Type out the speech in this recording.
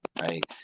right